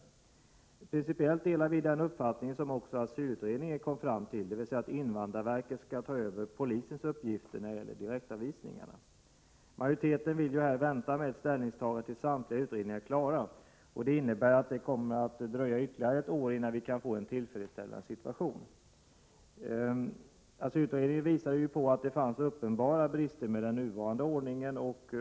Principiellt delar vi den uppfattning som också asylutredningen kom fram till, dvs. att invandrarverket skall ta över polisens uppgifter när det gäller direktavvisningarna. Majoriteten vill vänta med ställningstagandet till dess samtliga utredningar är klara. Det innebär att det kommer att dröja ytterligare ett år innan vi kan få en tillfredsställande situation. Asylutredningen visade ju på att det finns uppenbara brister i den nuvarande ordningen.